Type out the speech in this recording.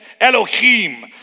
Elohim